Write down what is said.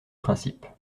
principe